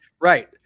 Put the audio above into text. Right